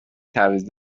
تعویض